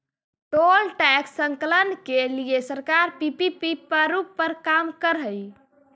toll tax संकलन के लिए सरकार पीपीपी प्रारूप पर काम करऽ हई